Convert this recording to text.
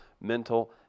Mental